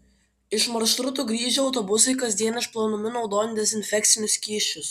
iš maršrutų grįžę autobusai kasdien išplaunami naudojant dezinfekcinius skysčius